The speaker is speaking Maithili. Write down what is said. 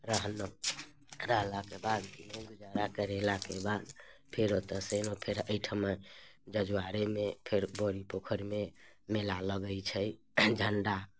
रहलहुँ रहलाके बाद किने गुजारा करेलाके बाद फेर औतयसँ अयलहुँ फेर एहिठाम जजुआरेमे फेर बड़ी पोखरिमे मेला लगैत छै झंडा